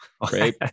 Great